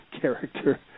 character